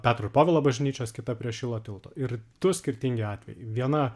petro povilo bažnyčios kita prie šilo tilto ir du skirtingi atvejai viena